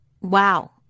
Wow